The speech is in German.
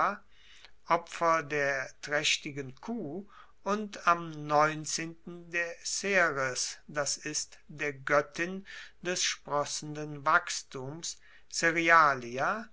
opfer der traechtigen kuh und am neunzehnten der ceres das ist der goettin des sprossenden wachstums